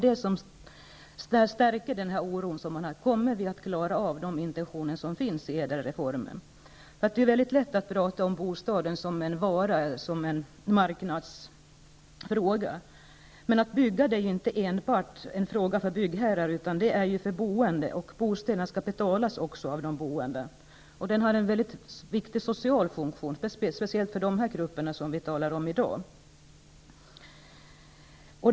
Detta stärker den oro man har för att inte klara av att uppfylla intentionerna i ÄDEL Det är väldigt lätt att tala om bostaden som en vara, som en marknadsfråga, men byggande är inte enbart en fråga för byggherrar, utan det är också en fråga för de boende, och bostäderna skall också betalas av de boende. Bostaden har också en mycket viktig social funktion, speciellt för de grupper vi talar om i debatten här i dag.